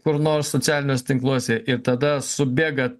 kur nors socialiniuose tinkluose ir tada subėga